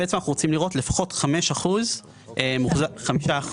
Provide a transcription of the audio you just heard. אנחנו רוצים לראות לפחות 5 אחוזים מוחזקים